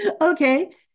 okay